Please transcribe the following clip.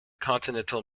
continental